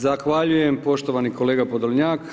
Zahvaljujem poštovani kolega Podolnjak.